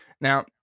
Now